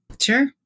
sure